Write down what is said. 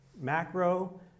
macro